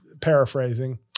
paraphrasing